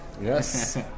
yes